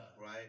right